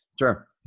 sure